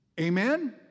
Amen